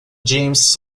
james